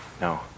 no